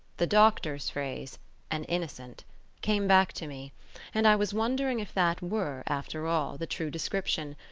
the doctor's phrase an innocent came back to me and i was wondering if that were, after all, the true description,